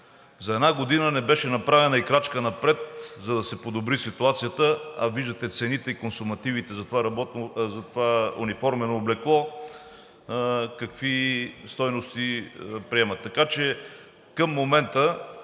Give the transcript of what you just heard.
За една година не беше направена и крачка напред, за да се подобри ситуацията, а виждате цените и консумативите за това униформено облекло какви стойности приемат. Към момента